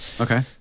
Okay